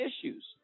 issues